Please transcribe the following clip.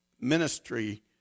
ministry